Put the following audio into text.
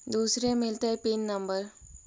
दुसरे मिलतै PIN number?